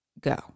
go